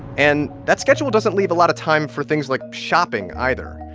and that schedule doesn't leave a lot of time for things like shopping either,